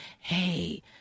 hey